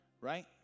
right